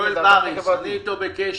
יואל בריס, אני אתו בקשר.